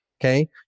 Okay